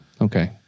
Okay